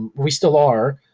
we still are,